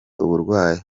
uburwayi